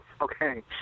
Okay